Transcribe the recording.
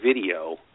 video